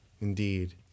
Indeed